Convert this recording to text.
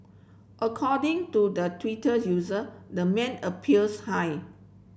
according to the Twitter user the man appears high